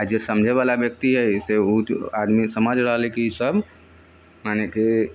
आओर जे समझैवला व्यक्ति है से उ आदमी समझ रहलै कि ई सभ मने कि